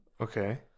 Okay